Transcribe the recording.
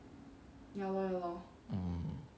mm